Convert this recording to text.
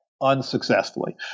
unsuccessfully